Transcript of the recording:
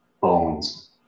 bones